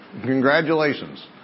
Congratulations